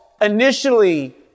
initially